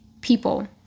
people